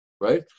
right